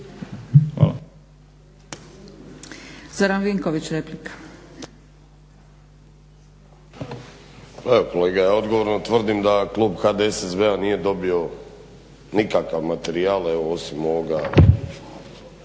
Zoran (HDSSB)** Pa evo kolega ja odgovorno tvrdim da klub HDSSB-a nije dobio nikakav materijal, evo osim ovoga